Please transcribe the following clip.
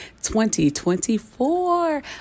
2024